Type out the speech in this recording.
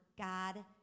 God